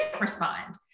respond